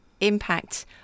impact